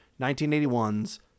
1981's